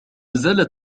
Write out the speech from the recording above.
زالت